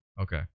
Okay